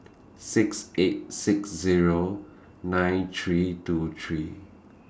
six eight six Zero nine three two three